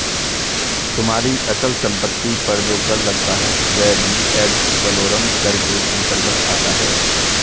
तुम्हारी अचल संपत्ति पर जो कर लगता है वह भी एड वलोरम कर के अंतर्गत आता है